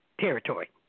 territory